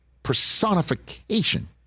personification